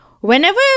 Whenever